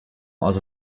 also